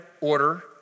order